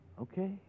Okay